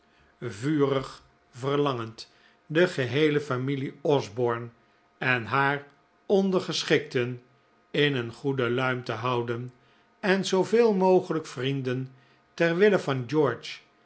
vurig verlangend de geheele familie osborne en haar ondergeschikten in een goede luim te houden en zooveel mogelijk vrienden ter wille van george